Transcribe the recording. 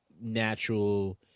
natural